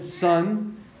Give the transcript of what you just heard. Son